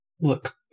Look